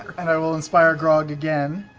and i will inspire grog again,